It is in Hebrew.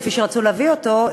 כפי שרצו להביא אותו,